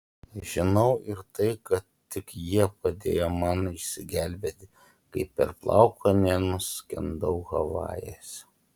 žinau ir tai kad tik jie padėjo man išsigelbėti kai per plauką nenuskendau havajuose